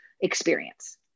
experience